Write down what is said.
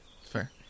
Fair